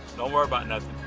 don't worry about nothing.